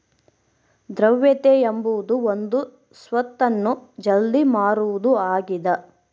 ದ್ರವ್ಯತೆ ಎಂಬುದು ಒಂದು ಸ್ವತ್ತನ್ನು ಜಲ್ದಿ ಮಾರುವುದು ಆಗಿದ